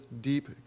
deep